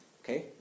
Okay